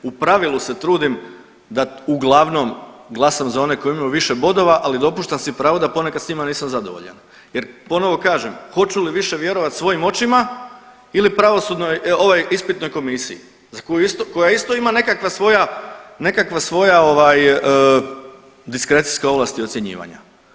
U pravilu se trudim da uglavnom glasam za one koji imaju više bodova, ali dopuštam si pravo da ponekad s njima nisam zadovoljan jer ponovo kažem hoću li više vjerovati svojim očima ili pravosudnoj ovaj ispitnoj komisiji koja isto ima nekakva svoja, nekakva svoja ovaj diskrecijske ovlasti ocjenjivanja.